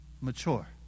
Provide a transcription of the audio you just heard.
mature